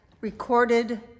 recorded